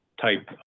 type